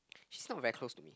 she's not very close to me